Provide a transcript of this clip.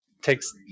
takes